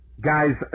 guys